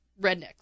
rednecks